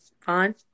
Fine